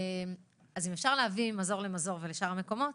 אז אם אפשר להביא מזור למזור ולשאר המקומות,